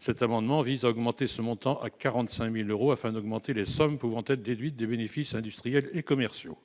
Cet amendement vise à porter ce plafond à 45 000 euros, afin d'augmenter les sommes pouvant être déduites des bénéfices industriels et commerciaux.